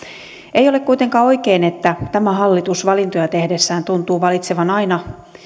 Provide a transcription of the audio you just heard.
ei ole kuitenkaan oikein että tämä hallitus valintoja tehdessään tuntuu valitsevan aina